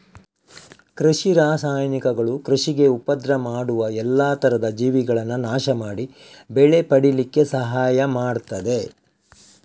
ಕೃಷಿ ರಾಸಾಯನಿಕಗಳು ಕೃಷಿಗೆ ಉಪದ್ರ ಮಾಡುವ ಎಲ್ಲಾ ತರದ ಜೀವಿಗಳನ್ನ ನಾಶ ಮಾಡಿ ಬೆಳೆ ಪಡೀಲಿಕ್ಕೆ ಸಹಾಯ ಮಾಡ್ತದೆ